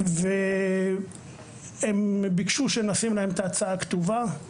הם ביקשו שנגיש להם את ההצעה כתובה.